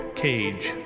cage